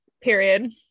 Period